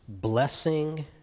Blessing